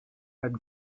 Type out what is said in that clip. had